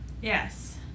Yes